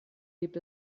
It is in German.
gibt